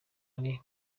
ari